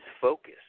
focus